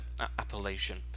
appellation